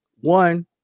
One